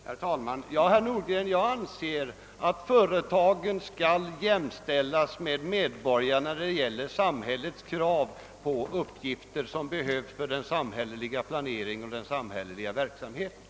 Herr talman! Ja, herr Nordgren, jag anser att företagen skall jämställas med medborgarna när det gäller samhällets krav på uppgifter som behövs för den samhälleliga planeringen och den samhälleliga verksamheten.